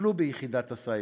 שטופלו ביחידת הסייבר,